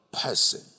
person